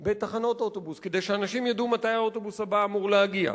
בתחנות אוטובוס כדי שאנשים ידעו מתי האוטובוס הבא אמור להגיע,